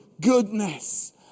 goodness